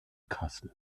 kassel